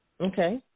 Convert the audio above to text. Okay